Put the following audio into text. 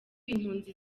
impunzi